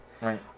Right